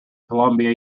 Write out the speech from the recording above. columbia